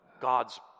God's